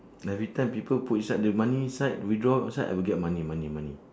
every time people put inside the money inside withdraw outside I will get money money money